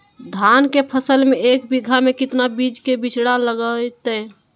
धान के फसल में एक बीघा में कितना बीज के बिचड़ा लगतय?